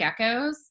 geckos